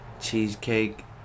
Cheesecake